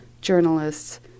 journalists